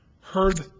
heard